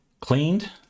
cleaned